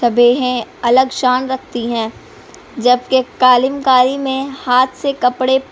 صبحیں الگ شان رکھتی ہیں جبکہ کاالم کاری میں ہاتھ سے کپڑے